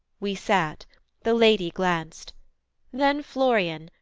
we sat the lady glanced then florian,